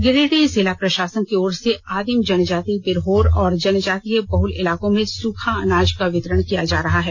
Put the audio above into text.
गिरिडीह जिला प्रशासन की ओर से आदिम जनजाति विरहोर और जनजातीय बहुल इलाकों में सुखा अनाज का वितरण किया जा रहा है